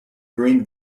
green